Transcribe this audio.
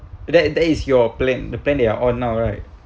that that is your plan the plan they are on now right